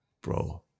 Bro